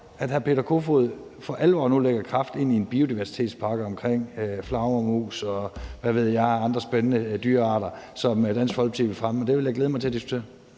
at hr. Peter Kofod for alvor nu lægger kraft ind i en biodiversitetspakke omkring flagermus, og hvad ved jeg af andre spændende dyrearter, som Dansk Folkeparti vil fremme. Det vil jeg glæde mig til at diskutere.